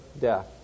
death